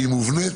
שהיא מובנית,